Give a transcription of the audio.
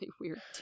weird